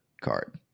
card